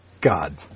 God